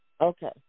Okay